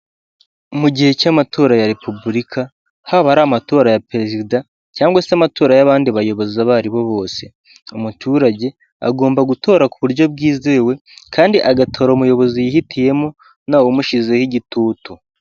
Mu gihe cy'amatora ya repubulika, haba ari amatora ya perezida, cyangwa se amatora y'abandi bayobozi abo aribo bose. Umuturage agomba gutora ku buryo bwizewe, kandi agatora umuyobozi yihitiyemo, nta w'umushyizeho igitutu.